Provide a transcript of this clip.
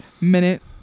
Minute